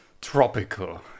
tropical